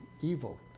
evil